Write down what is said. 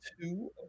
two